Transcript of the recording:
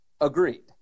Agreed